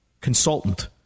consultant